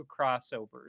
crossovers